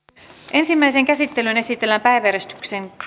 ensimmäiseen käsittelyyn esitellään päiväjärjestyksen